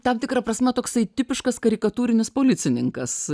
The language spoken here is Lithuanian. tam tikra prasme toksai tipiškas karikatūrinis policininkas